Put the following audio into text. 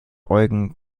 eugen